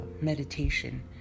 meditation